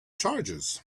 charges